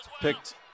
picked